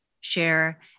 share